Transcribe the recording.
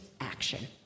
action